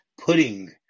pudding